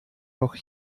noch